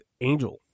Angel